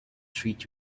treat